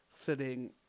sitting